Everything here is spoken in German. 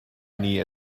nie